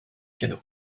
piano